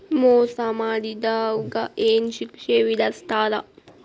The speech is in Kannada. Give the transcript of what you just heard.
ಮೋಸಾ ಮಾಡಿದವ್ಗ ಏನ್ ಶಿಕ್ಷೆ ವಿಧಸ್ತಾರ?